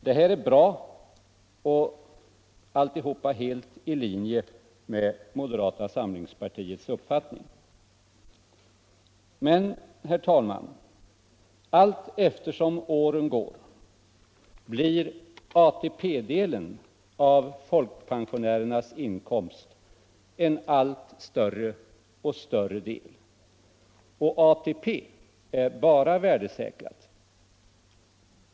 Det här är bra, och alltihop i linje med moderata samlingspartiets uppfattning. Men, herr talman, allteftersom åren går blir ATP-delen av folkpensionärernas inkomst en allt större del. Och ATP är bara värdesäkrad.